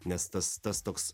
nes tas tas toks